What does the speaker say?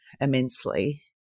immensely